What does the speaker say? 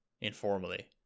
informally